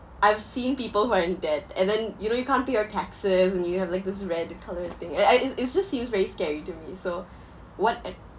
I've seen people who are in debt and then you know you can't pay your taxes and you have like this red colour thing uh I it's it's just seems very scary to me so what ad~